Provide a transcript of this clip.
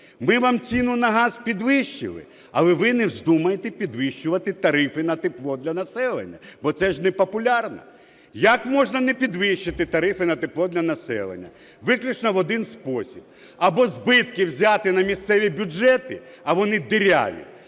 Ми вам ціну на газ підвищили, але ви не вздумайте підвищувати тарифи на тепло для населення, бо це ж непопулярно. Як можна не підвищити тарифи на тепло для населення? Виключно в один спосіб: або збитки взяти на місцеві бюджети, а вони діряві,